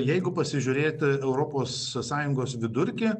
jeigu pasižiūrėt europos sąjungos vidurkį